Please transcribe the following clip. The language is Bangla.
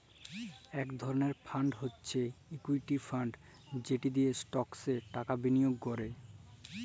ইক ধরলের ফাল্ড হছে ইকুইটি ফাল্ড যেট দিঁয়ে ইস্টকসে টাকা বিলিয়গ ক্যরে